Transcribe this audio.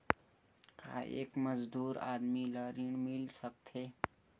का एक मजदूर आदमी ल ऋण मिल सकथे?